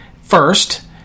first